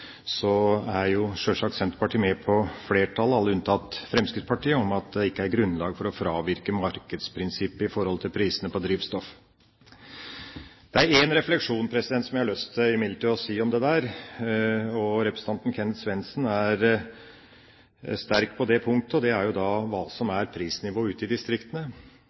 sjølsagt Senterpartiet sammen med flertallet, som består av alle unntatt Fremskrittspartiet, om at det ikke er grunnlag for å fravike markedsprinsippet i forhold til prisene på drivstoff. Det er én refleksjon som jeg imidlertid har lyst til å komme med om det – representanten Kenneth Svendsen er sterk på det punktet – og det gjelder prisnivået ute i distriktene. Vi ser at prisforskjellene mellom sentrale strøk og distrikter i